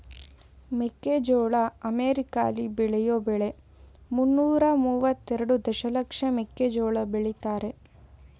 ಮೆಕ್ಕೆಜೋಳ ಅಮೆರಿಕಾಲಿ ಬೆಳೆಯೋ ಬೆಳೆ ಮುನ್ನೂರ ಮುವತ್ತೆರೆಡು ದಶಲಕ್ಷ ಮೆಕ್ಕೆಜೋಳ ಬೆಳಿತಾರೆ